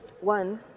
one